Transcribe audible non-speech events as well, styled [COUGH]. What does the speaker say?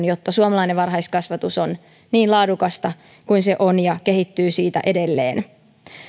[UNINTELLIGIBLE] jotta suomalainen varhaiskasvatus on niin laadukasta kuin se on ja kehittyy siitä edelleen